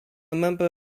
member